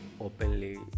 openly